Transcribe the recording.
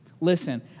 Listen